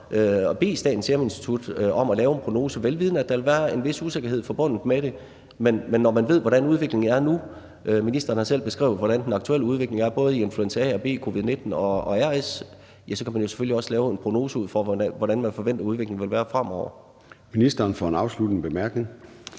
bede Statens Serum Institut om at lave en prognose, vel vidende at der vil være en vis usikkerhed forbundet med det. Men når man ved, hvordan udviklingen er nu – ministeren har selv beskrevet, hvordan den aktuelle udvikling er, både i influenza A og B, covid-19 og RS-virus – ja, så kan man selvfølgelig også lave en prognose, ud fra hvordan man forventer at udviklingen vil være fremover. Kl. 14:11 Formanden (Søren